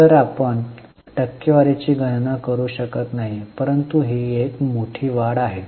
तर आपण टक्केवारीची गणना करू शकत नाही परंतु ही एक मोठी वाढ आहे